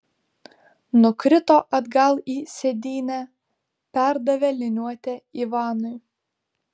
nukrito atgal į sėdynę perdavė liniuotę ivanui